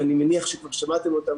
ואני מניח שכבר שמעתם אותם,